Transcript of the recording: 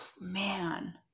man